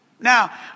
Now